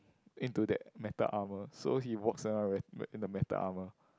into that metal armour so he walks around with in a metal armour